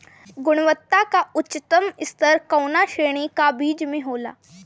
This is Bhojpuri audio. गुणवत्ता क उच्चतम स्तर कउना श्रेणी क बीज मे होला?